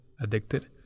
addicted